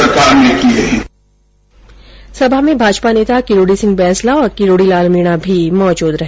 सभा में भाजपा नेता किरोड़ी सिंह बैंसला और किरोड़ी लाल मीणा भी मौजूद रहे